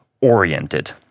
oriented